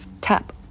tap